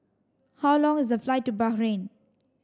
how long is the flight to Bahrain